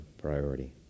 priority